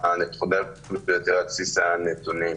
ההחלטה הנכונה ביותר על בסיס הנתונים.